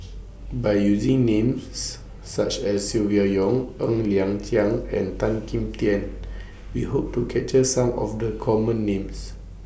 By using Names such as Silvia Yong Ng Liang Chiang and Tan Kim Tian We Hope to capture Some of The Common Names